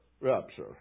rapture